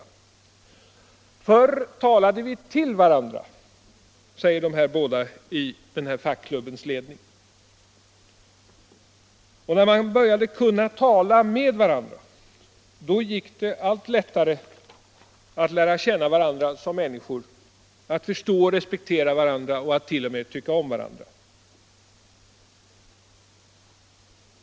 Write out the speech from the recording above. Förr talade vi till varandra, säger de båda personerna i den här fackklubbens ledning. När man började kunna tala med varandra gick det allt lättare att lära känna varandra som människor, att förstå och respektera varandra och att t.o.m. tycka om varandra.